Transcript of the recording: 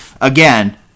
again